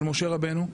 התיבה של משה רבנו,